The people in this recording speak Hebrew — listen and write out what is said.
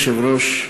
אדוני היושב-ראש,